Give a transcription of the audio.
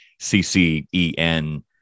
CCEN